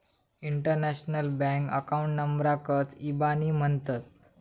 international bank account नंबराकच इबानी म्हणतत